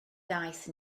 ddaeth